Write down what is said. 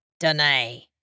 Donay